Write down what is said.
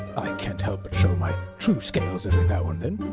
i can't help but show my true scales every now and then.